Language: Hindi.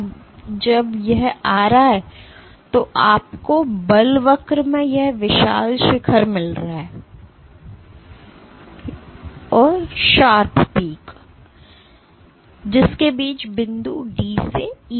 अब जब यह आ रहा है तो आपको बल वक्र में यह विशाल शिखर मिल रहा है जिसके बीच बिंदु D से E है